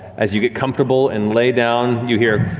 as you get comfortable and lay down, you hear